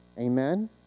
Amen